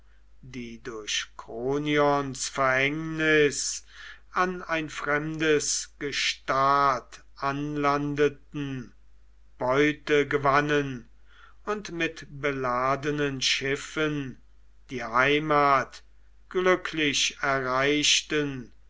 die durch kronions verhängnis an ein fremdes gestad anlandeten beute gewannen und mit beladenen schiffen die heimat glücklich erreichten